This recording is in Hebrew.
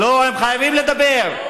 לא, הם חייבים לדבר.